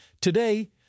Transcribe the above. Today